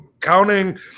counting –